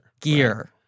Gear